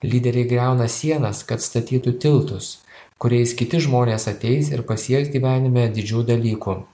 lyderiai griauna sienas kad statytų tiltus kuriais kiti žmonės ateis ir pasieks gyvenime didžių dalykų